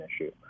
issue